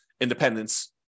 independence